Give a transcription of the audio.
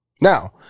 Now